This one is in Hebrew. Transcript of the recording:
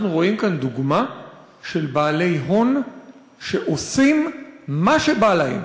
אנחנו רואים כאן דוגמה של בעלי הון שעושים מה שבא להם.